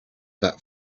that